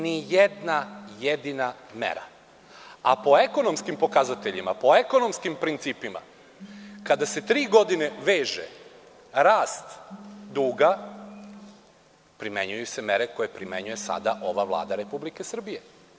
Ni jedna jedina mera, a po ekonomskim pokazateljima, po ekonomskim principima, kada se tri godine veže rast duga, primenjuju se mere koje primenjuje sada ova Vlada Republike Srbije.